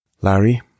Larry